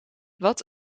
wat